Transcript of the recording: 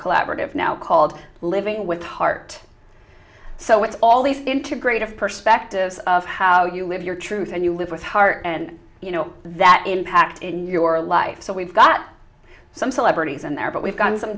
collaborative now called living with heart so it's all these integrative perspectives of how you live your truth and you live with heart and you know that impact in your life so we've got some celebrities and there but we've got some